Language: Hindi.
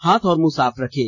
हाथ और मुंह साफ रखें